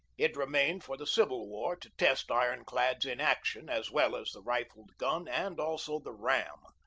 it remained for the civil war to test iron-clads in action, as well as the rifled gun, and also the ram.